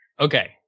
Okay